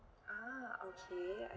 ah okay I